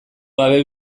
gabe